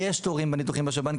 כי יש תורים לניתוחים בשב"ן,